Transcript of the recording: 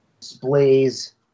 displays